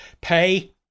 pay